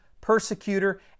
persecutor